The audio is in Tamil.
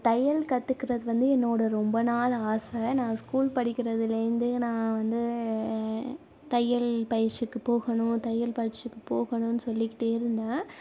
தையல் கற்றுகிறது வந்து என்னோடய ரொம்ப நாள் ஆசை நான் ஸ்கூல் படிக்கிறதுலேருந்து நான் வந்து தையல் பயிற்சிக்கு போகணும் தையல் பயிற்சிக்கு போகணுன்னு சொல்லிக்கிட்டே இருந்தேன்